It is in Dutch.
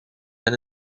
met